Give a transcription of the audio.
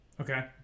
Okay